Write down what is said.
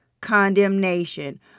condemnation